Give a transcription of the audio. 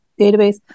database